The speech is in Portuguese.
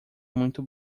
muito